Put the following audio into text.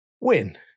Win